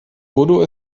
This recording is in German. urdu